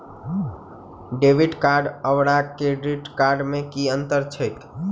Debit card आओर credit card मे की अन्तर छैक?